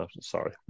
Sorry